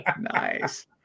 Nice